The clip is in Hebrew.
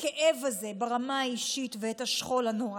הכאב הזה ברמה האישית ואת השכול הנורא.